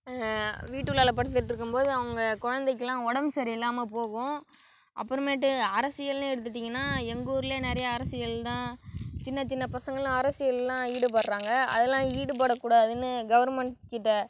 வீட்டு உள்ளால படுத்துகிட்டு இருக்கும் போது அவங்க குழந்தைக்குலாம் உடம்பு சரியில்லாமல் போகும் அப்புறமேட்டு அரசியல்னு எடுத்துட்டீங்கன்னா எங்கள் ஊர்ல நிறைய அரசியல் தான் சின்னச் சின்னப் பசங்கள்லாம் அரசியல்லாம் ஈடுபடுறாங்க அதெல்லாம் ஈடுபடக்கூடாதுன்னு கவுர்மெண்ட்கிட்ட